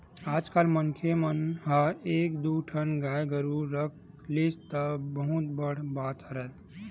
आजकल मनखे मन ह एक दू ठन गाय गरुवा रख लिस त बहुत बड़ बात हरय